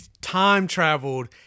time-traveled